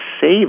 save